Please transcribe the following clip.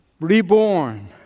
reborn